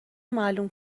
معلوم